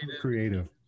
creative